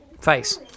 face